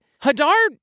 Hadar